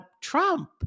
Trump